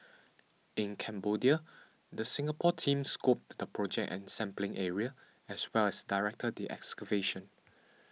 in Cambodia the Singapore team scoped the project and sampling area as well as directed the excavation